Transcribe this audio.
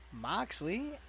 Moxley